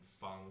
funk